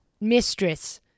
Mistress